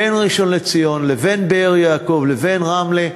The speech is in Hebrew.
בין ראשון-לציון ובאר-יעקב ורמלה,